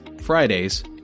Fridays